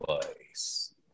device